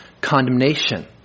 condemnation